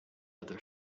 other